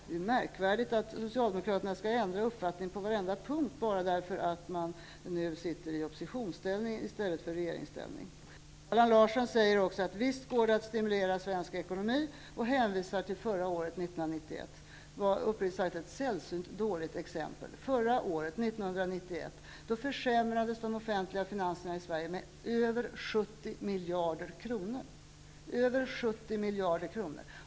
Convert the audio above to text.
Det är märkvärdigt att Socialdemokraterna skall ändra uppfattning på varenda punkt bara för att man nu sitter i oppositionsställning i stället för i regeringsställning. Allan Larsson säger också att det visst går att stimulera svensk ekonomi och hänvisar till förra året, 1991. Det var ett sällsynt dåligt exempel. Förra året, 1991, försämrades de offentliga finanserna i Sverige med över 70 miljarder kronor.